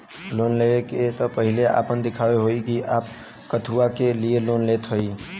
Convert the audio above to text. Loan ले वे से पहिले आपन दिखावे के होई कि आप कथुआ के लिए लोन लेत हईन?